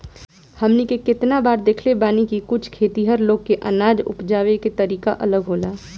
हमनी के केतना बार देखले बानी की कुछ खेतिहर लोग के अनाज उपजावे के तरीका अलग होला